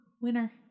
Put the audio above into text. Winner